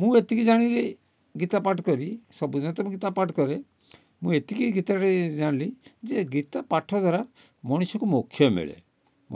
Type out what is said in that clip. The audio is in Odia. ମୁଁ ଏତିକି ଜାଣିଲି ଗୀତ ପାଠ କରି ସବୁଦିନ ତ ମୁଁ ଗୀତା ପାଠ କରେ ମୁଁ ଏତିକି ଗୀତାରେ ଜାଣିଲି ଯେ ଗୀତା ପାଠ ଦ୍ୱାରା ମଣିଷକୁ ମୋକ୍ଷ ମିଳେ